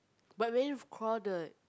but what if crowded